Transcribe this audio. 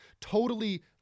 totally-